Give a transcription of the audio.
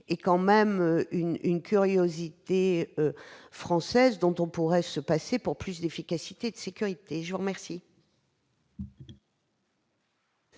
c'est quand même une curiosité française dont on pourrait se passer pour plus d'efficacité et de sécurité. La parole